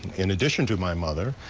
in addition to my mother,